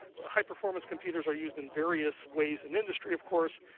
ah high performance computers are used in various ways in industry of course,